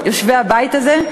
יושבי הבית הזה,